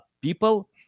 people